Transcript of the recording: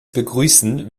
begrüßen